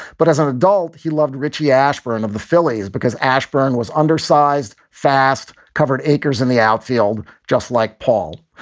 but as an adult, he loved richie ashburn of the phillies because ashburn was undersized, fast covered acres in the outfield, just like paul.